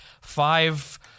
Five